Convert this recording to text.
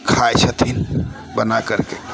खाइ छथिन बनै करिके